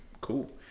cool